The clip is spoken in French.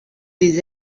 des